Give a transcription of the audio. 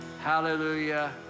hallelujah